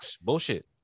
bullshit